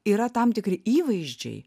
yra tam tikri įvaizdžiai